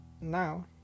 now